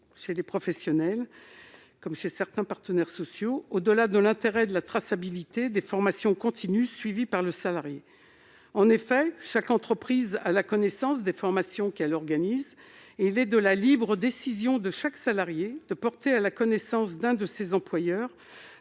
chez les professionnels comme chez certains partenaires sociaux, qui s'interrogent sur ses finalités, au-delà de l'intérêt de la traçabilité des formations continues suivies par le salarié. En effet, si chaque entreprise a par définition connaissance des formations qu'elle organise, il est de la libre décision de chaque salarié de porter à la connaissance d'un de ses employeurs